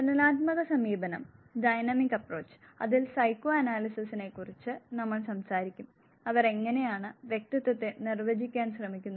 ചലനാത്മക സമീപനം അതിൽ സൈക്കോ അനാലിസിസിനെക്കുറിച്ച് നമ്മൾ സംസാരിക്കും അവർ എങ്ങനെയാണ് വ്യക്തിത്വത്തെ നിർവചിക്കാൻ ശ്രമിക്കുന്നത്